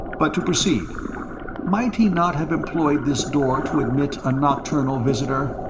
but to proceed might he not have employed this door to admit a nocturnal visitor?